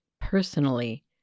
personally